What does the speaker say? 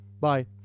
Bye